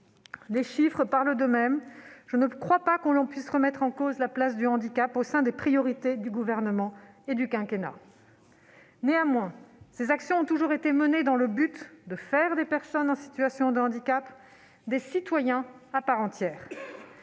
Les chiffres parlent d'eux-mêmes. Je ne crois pas que l'on puisse remettre en cause la place du handicap au sein des priorités du Gouvernement et du quinquennat. Néanmoins, ces actions ont toujours été menées dans l'objectif de faire des personnes en situation de handicap des citoyens à part entière,